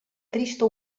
trista